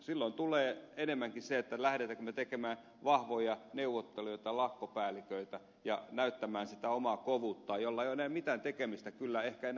silloin tulee enemmänkin se että lähdetäänkö tekemään vahvoja neuvottelijoita lakkopäälliköitä ja näyttämään sitä omaa kovuutta jolla ei ehkä ole enää mitään tekemistä sen asian kanssa